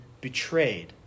betrayed